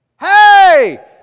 Hey